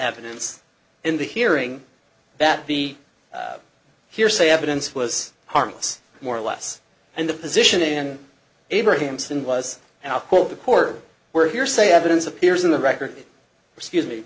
evidence in the hearing that the hearsay evidence was harmless more or less and the position in abraham sin was now called the court where hearsay evidence appears in the record scuse me